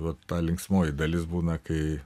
vat ta linksmoji dalis būna kai